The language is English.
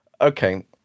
Okay